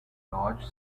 large